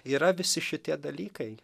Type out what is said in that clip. yra visi šitie dalykai